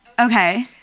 Okay